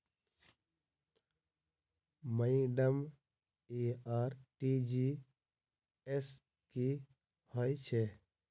Madam इ RTGS की होइ छैय?